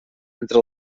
entre